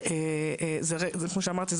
כמו שאמרתי,